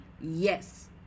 Yes